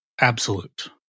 absolute